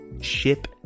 ship